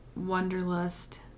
Wonderlust